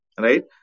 right